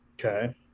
Okay